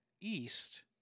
East